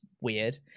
weird